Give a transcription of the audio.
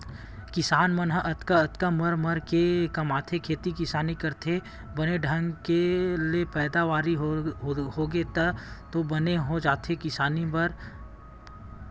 किसान मन ह अतका अतका मर मर के कमाथे खेती किसानी करथे बने ढंग ले पैदावारी होगे तब तो बने हो जाथे किसान मन बर